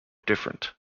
different